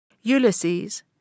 Ulysses